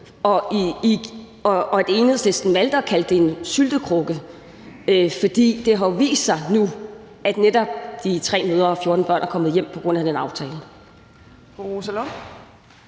og at Enhedslisten valgte at kalde det for en syltekrukke. For det har jo vist sig nu, at de 3 mødre og 14 børn er kommet hjem netop på grund af den aftale.